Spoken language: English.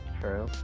True